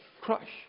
crush